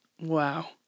Wow